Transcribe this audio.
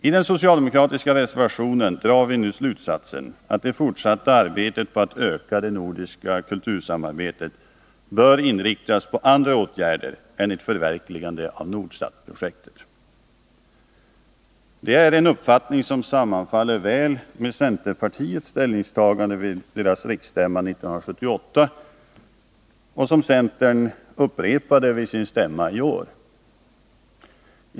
I den socialdemokratiska reservationen drar vi slutsatsen att det fortsatta arbetet på att öka det nordiska kultursamarbetet bör inriktas på andra åtgärder än ett förverkligande av Nordsatprojektet. Det är en uppfattning som sammanfaller med centerpartiets ställningstagande vid dess riksstämma 1978 och som centerpartiet upprepade vid sin stämma i år.